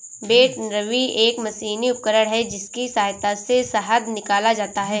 बैटरबी एक मशीनी उपकरण है जिसकी सहायता से शहद निकाला जाता है